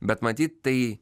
bet matyt tai